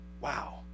Wow